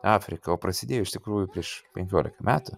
afrika prasidėjo iš tikrųjų prieš penkiolika metų